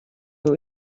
who